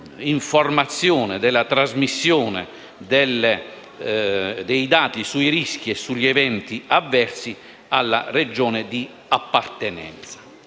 dell'informazione e della trasmissione dei dati sui rischi e sugli eventi avversi alla Regione di appartenenza.